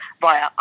via